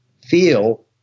feel